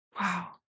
Wow